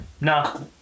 No